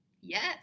Yes